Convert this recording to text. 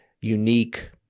unique